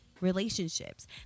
relationships